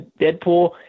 Deadpool